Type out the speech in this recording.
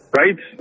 right